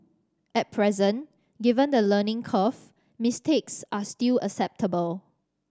at present given the learning curve mistakes are still acceptable